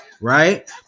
right